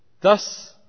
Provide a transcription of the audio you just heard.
Thus